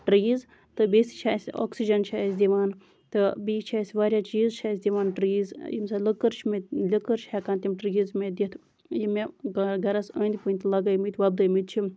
trees تہٕ بیٚیہِ سُہ چھُ اَسہِ اوکسِجَن چھِ اَسہِ دِوان تہٕ بییٚہِ چھِ اَسہِ واریاہ چیٖز چھِ اَسہِ دِوان ٹریٖز ییٚمہِ سۭتۍ لٔکٔر چھِ مےٚ لٔکٔر چھِ ہٮ۪کان تِم ٹریٖز مےٚ دِتھ یِم مےٚ گرَس أندۍ پٔتۍ لَگٲومٕتۍ وۄپدٲومٕتۍ چھِ